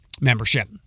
membership